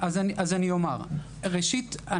ראשית,